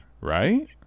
Right